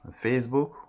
Facebook